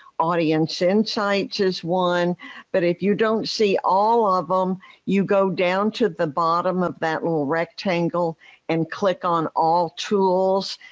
audience insights is one but if you don't see all of them you go down to the bottom of that little rectangle and click on all tools.